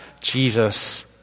Jesus